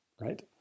right